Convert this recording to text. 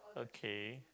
okay